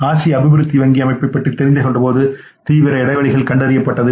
ஆசிய அபிவிருத்தி வங்கி அமைப்பைப் பற்றி தெரிந்து கொண்டபோது தீவிர இடைவெளிகள் கண்டறியப்பட்டது